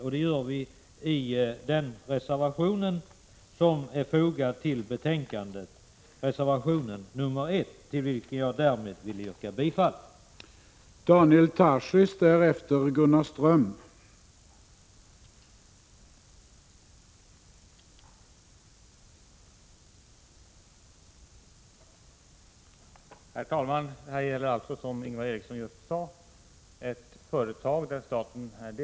Vi gör det i reservation 1, som är fogad till betänkandet och som jag härmed yrkar bifall till.